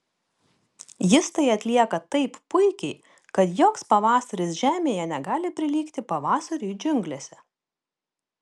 jis tai atlieka taip puikiai kad joks pavasaris žemėje negali prilygti pavasariui džiunglėse